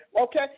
Okay